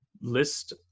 list